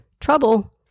Trouble